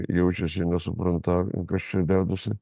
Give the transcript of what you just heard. jaučiasi suprantą kas čia dedasi